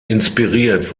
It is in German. inspiriert